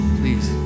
please